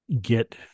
get